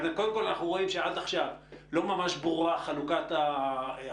קודם כול אנחנו רואים שעד עכשיו לא ממש ברורה חלוקת האחריות